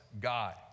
God